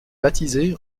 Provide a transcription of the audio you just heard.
baptisé